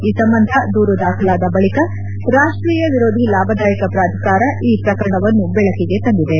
ಈ ಸಂಬಂಧ ದೂರ ದಾಖಲಾದ ಬಳಿಕ ರಾಷ್ಷೀಯ ವಿರೋಧಿ ಲಾಭದಾಯಕ ಪ್ರಾಧಿಕಾರ ಈ ಪ್ರಕರಣವನ್ನು ಬೆಳಕಿಗೆ ತಂದಿದೆ